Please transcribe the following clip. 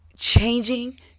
changing